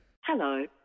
Hello